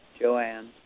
Joanne